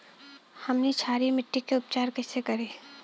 हमनी क्षारीय मिट्टी क उपचार कइसे करी?